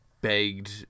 begged